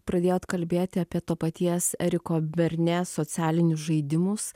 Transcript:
pradėjot kalbėti apie to paties eriko berne socialinius žaidimus